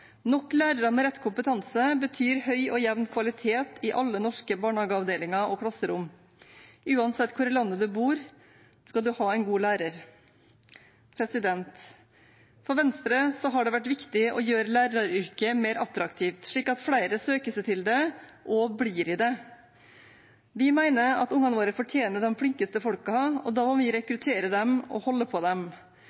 Nok lærere med rett kompetanse betyr høy og jevn kvalitet i alle norske barnehageavdelinger og klasserom. Uansett hvor i landet du bor, skal du ha en god lærer. For Venstre har det vært viktig å gjøre læreryrket mer attraktivt, slik at flere søker seg til det og blir i det. Vi mener at ungene våre fortjener de flinkeste folkene, og da må vi